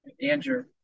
Andrew